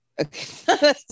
Okay